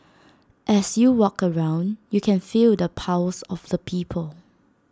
as you walk around you can feel the pulse of the people